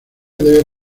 debe